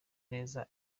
neza